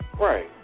Right